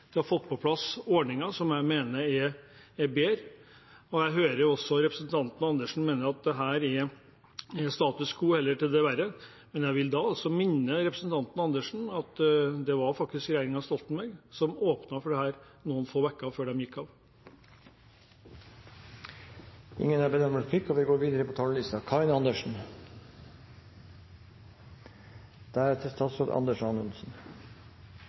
på plass ordninger som jeg mener er bedre. Jeg hører at representanten Karin Andersen mener at dette er status quo eller til det verre, men jeg vil da minne representanten Andersen om at det faktisk var regjeringen Stoltenberg som åpnet for dette noen få uker før den gikk av.